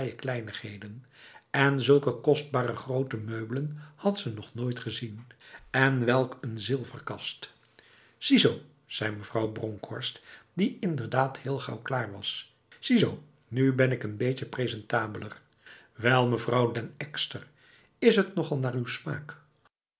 kleinigheden en zulke kostbare grote meubelen had ze nog nooit gezien en welk een zilverkast ziezo zei mevrouw bronkhorst die inderdaad heel gauw klaar was ziezo nu ben ik n beetje presentabeler wel mevrouw den ekster is het nogal naar uw smaak